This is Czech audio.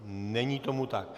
Není tomu tak.